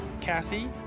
Cassie